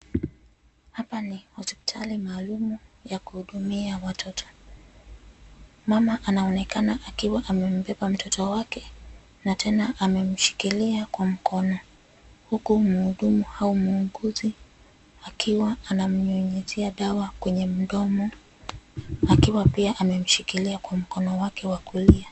Hapa ni hospitali maalum ya kuhudumia watoto. Mama anaonekana akiwa amebeba mtoto wake na tena amemshikilia kwa mkono , huku mhudumu au muuguzi akiwa anamnyunyizia dawa kwenye mdomo , akiwa pia amemshikilia kwa mkono wake wa kulia .